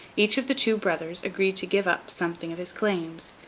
each of the two brothers agreed to give up something of his claims,